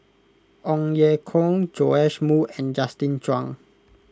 Ong Ye Kung Joash Moo and Justin Zhuang